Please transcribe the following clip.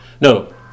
no